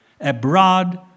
abroad